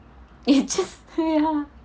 you just ya